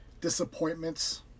disappointments